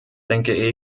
denke